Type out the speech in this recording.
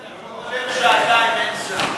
נחמן אתה יכול לדבר שעתיים, אין שר.